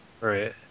Right